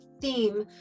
theme